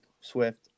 Swift